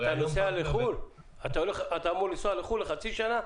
אתה אמור לנסוע לחוץ לארץ לחצי שנה?